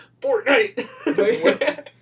Fortnite